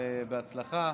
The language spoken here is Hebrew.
תודה.